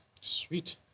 Sweet